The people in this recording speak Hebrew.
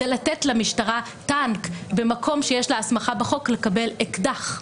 זה לתת למשטרה טנק במקום שיש לה הסמכה בחוק לקבל אקדח.